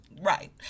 Right